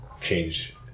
change